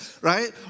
right